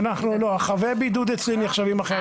חבי בידוד אצלי נחשבים אחרת,